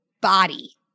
body